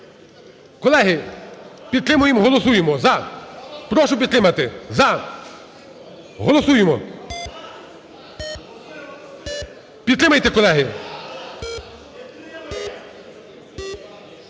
Колеги, підтримуємо, голосуємо "за", прошу підтримати "за". Голосуємо. Підтримайте, колеги.